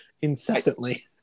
incessantly